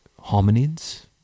hominids